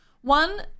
One